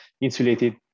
insulated